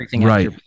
Right